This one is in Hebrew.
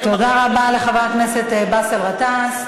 תודה רבה לחבר הכנסת באסל גטאס.